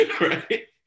right